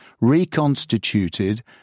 reconstituted